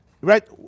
right